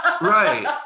Right